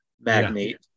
magnate